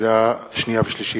לקריאה שנייה ולקריאה שלישית: